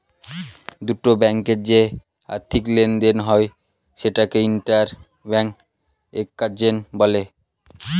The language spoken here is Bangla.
দুটো ব্যাঙ্কে যে আর্থিক লেনদেন হয় সেটাকে ইন্টার ব্যাঙ্ক এক্সচেঞ্জ বলে